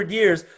years